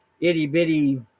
itty-bitty